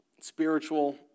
spiritual